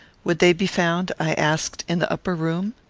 would they be found, i asked, in the upper room?